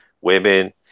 women